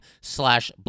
slash